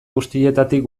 guztietatik